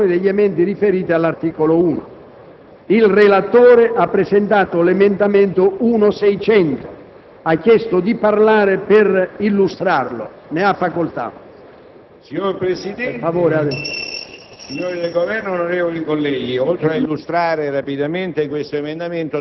nella seduta antimeridiana del 28 settembre è proseguitala votazione degli emendamenti riferiti all'articolo 1. Il relatore ha presentato l'emendamento 1.600 e ha chiesto di intervenire per illustrarlo. Ne ha facoltà.